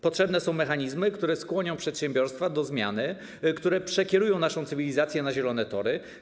Potrzebne są mechanizmy, które skłonią przedsiębiorstwa do zmiany i przekierują naszą cywilizację na zielone tory.